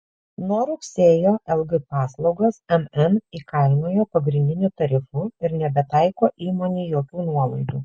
nuo rugsėjo lg paslaugas mn įkainojo pagrindiniu tarifu ir nebetaiko įmonei jokių nuolaidų